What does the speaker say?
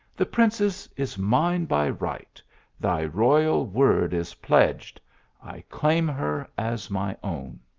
the princess is mine by right thy royal word is pledged i claim her as my own.